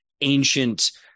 ancient